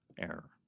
error